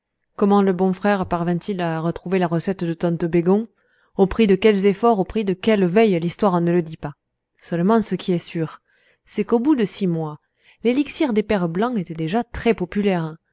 comment le bon frère parvint il à retrouver la recette de tante bégon au prix de quels efforts au prix de quelles veilles l'histoire ne le dit pas seulement ce qui est sûr c'est qu'au bout de six mois l'élixir des pères blancs était déjà très populaire